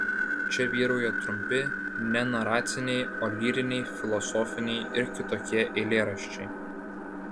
čia vyrauja trumpi ne naraciniai o lyriniai filosofiniai ir kitokie eilėraščiai